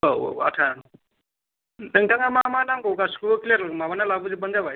औ औ आथा नोंथाङा मा मा नांगौ गासैखौबो क्लियार माबाना लाबोजोबबानो जाबाय